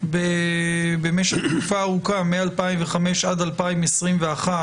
במשך תקופה ארוכה, מ-2005 עד 2021,